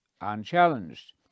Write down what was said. unchallenged